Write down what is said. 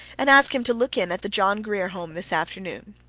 and ask him to look in at the john grier home this afternoon.